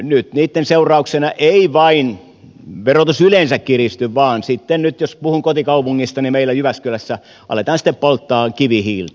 nyt niitten seurauksena ei vain verotus yleensä kiristy vaan jos nyt puhun kotikaupungistani meillä jyväskylässä aletaan sitten polttaa kivihiiltä